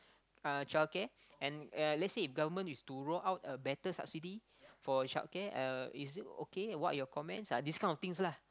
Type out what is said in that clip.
uh childcare and uh let's say if government is to roll out a better subsidy for childcare uh is it okay what are your comments ah this kind of things lah